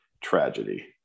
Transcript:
tragedy